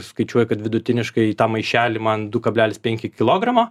skaičiuoju kad vidutiniškai į tą maišelį man du kablelis penki kilogramo